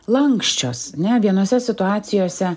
lanksčios ne vienose situacijose